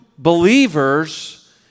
believers